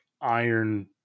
iron